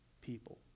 people